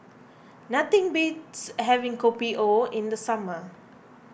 nothing beats having Kopi O in the summer